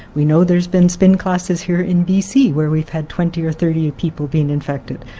we know there's been spin classes here in bc where we've had twenty or thirty people been infected.